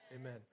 Amen